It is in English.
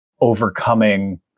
overcoming